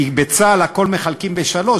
כי בצה"ל הכול מחלקים לשלוש.